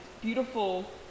beautiful